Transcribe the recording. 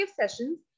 sessions